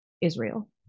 Israel